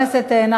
מעולה.